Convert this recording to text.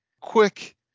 quick